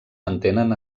mantenen